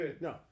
No